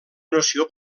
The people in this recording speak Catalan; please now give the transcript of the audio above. noció